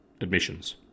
admissions